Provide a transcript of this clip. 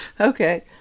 Okay